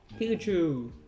Pikachu